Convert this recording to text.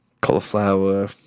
Cauliflower